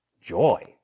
Joy